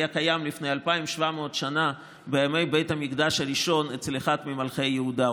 היה קיים לפני 2,700 שנה בימי בית המקדש הראשון אצל אחד ממלכי יהודה.